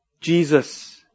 Jesus